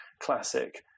classic